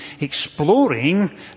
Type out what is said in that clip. exploring